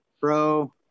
Bro